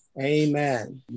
Amen